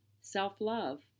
self-love